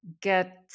get